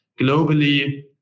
globally